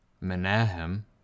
Menahem